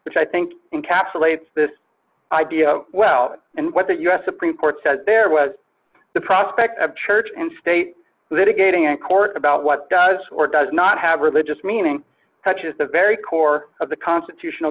which i think encapsulates this idea well and what the u s supreme court said there was the prospect of church and state litigating in court about what does or does not have religious meaning such as the very core of the constitutional